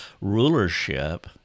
rulership